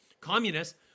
communists